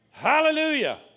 Hallelujah